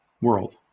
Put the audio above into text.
world